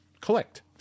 collect